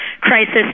crisis